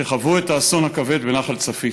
שחוו את האסון הכבד בנחל צפית.